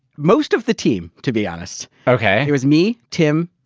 most of the team, to be honest okay it was me, tim,